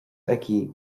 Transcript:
aici